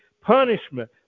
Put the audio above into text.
punishment